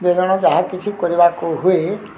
ବେଲଣା ଯାହା କିଛି କରିବାକୁ ହୁଏ